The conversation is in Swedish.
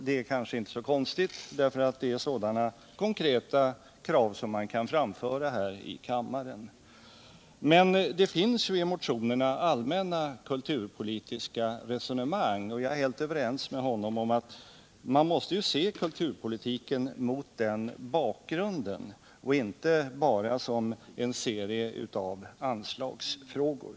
Det är kanske inte så konstigt, därför att det är sådana konkreta krav som man kan framföra här i kammaren. Men det finns i motionerna allmänna kulturpolitiska resonemang, och jag är helt överens med honom om att man måste se kulturpolitiken mot den bakgrunden och inte bara som en serie av 67 anslagsfrågor.